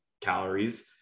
calories